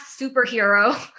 superhero